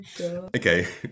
Okay